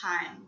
time